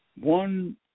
One